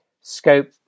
scope